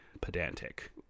pedantic